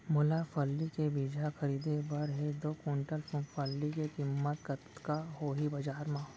मोला फल्ली के बीजहा खरीदे बर हे दो कुंटल मूंगफली के किम्मत कतका होही बजार म?